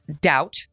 doubt